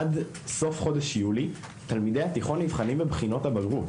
עד סוף חודש יולי תלמידי התיכון נבחנים בבחינות הבגרות.